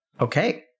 Okay